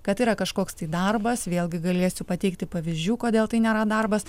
kad yra kažkoks tai darbas vėlgi galėsiu pateikti pavyzdžių kodėl tai nėra darbas